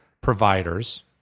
providers